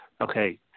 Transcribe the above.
Okay